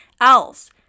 else